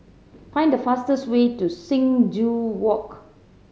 find the fastest way to Sing Joo Walk